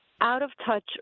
out-of-touch